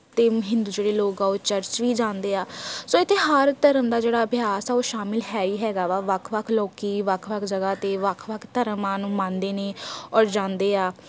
ਅਤੇ ਹਿੰਦੂ ਜਿਹੜੇ ਲੋਕ ਆ ਉਹ ਚਰਚ ਵੀ ਜਾਂਦੇ ਆ ਸੋ ਇੱਥੇ ਹਰ ਧਰਮ ਦਾ ਜਿਹੜਾ ਅਭਿਆਸ ਆ ਉਹ ਸ਼ਾਮਿਲ ਹੈ ਹੀ ਹੈਗਾ ਵਾ ਵੱਖ ਵੱਖ ਲੋਕ ਵੱਖ ਵੱਖ ਜਗ੍ਹਾ 'ਤੇ ਵੱਖ ਵੱਖ ਧਰਮਾਂ ਨੂੰ ਮੰਨਦੇ ਨੇ ਔਰ ਜਾਂਦੇ ਆ